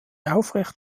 aufrecht